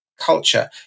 culture